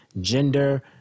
gender